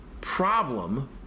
problem